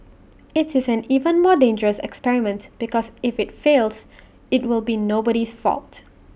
IT is an even more dangerous experiment because if IT fails IT will be nobody's fault